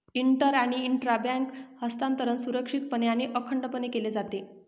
inter आणि intra bank हस्तांतरण सुरक्षितपणे आणि अखंडपणे केले जाते